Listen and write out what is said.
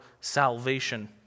salvation